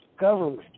government